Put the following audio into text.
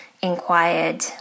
inquired